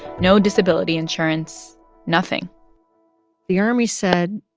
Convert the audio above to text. no disability insurance nothing the army said,